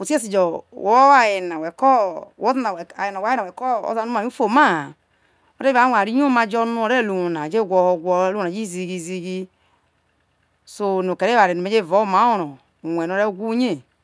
otie se jo we owo aye na aye na omaye na we ke oze ye ufuoma ha ore ware ruo oware yo ma jo rue re lelie uwo na jo gwoho gwoho eware no me jo evao oro rue no ore gwa uye